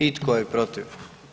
I tko je protiv?